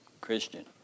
Christian